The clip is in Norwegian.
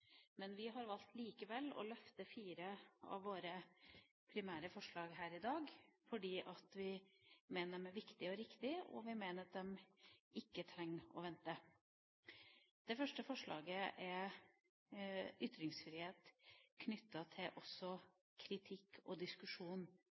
Men vi har likevel valgt å løfte fire av våre primære forslag her i dag, fordi vi mener de er viktige og riktige, og vi mener at de ikke trenger å vente. Det første forslaget er om ytringsfrihet knyttet til